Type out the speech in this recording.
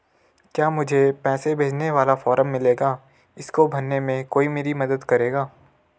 क्या मुझे पैसे भेजने वाला फॉर्म मिलेगा इसको भरने में कोई मेरी मदद करेगा?